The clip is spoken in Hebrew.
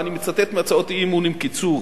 ואני מצטט מהצעות האי-אמון עם קיצור.